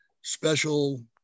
special